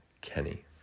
Kenny